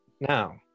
Now